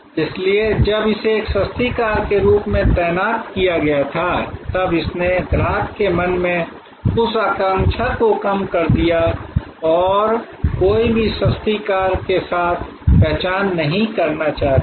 इसलिए जब इसे एक सस्ती कार के रूप में तैनात किया गया था तब इसने ग्राहक के मन में उस आकांक्षा को कम कर दिया और कोई भी सस्ती कार के साथ पहचान नहीं करना चाहता था